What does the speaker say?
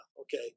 okay